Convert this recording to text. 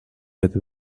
بده